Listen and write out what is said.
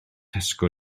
tesco